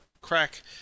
crack